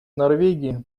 норвегии